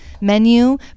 menu